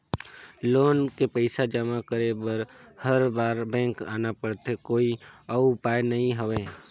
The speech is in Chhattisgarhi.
लोन के पईसा जमा करे बर हर बार बैंक आना पड़थे कोई अउ उपाय नइ हवय?